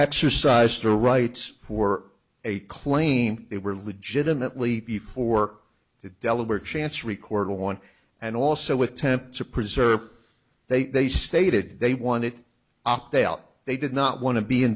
exercise their rights for a claim they were legitimately before the delaware chance record one and also attempt to preserve they they stated they wanted opt out they did not want to be in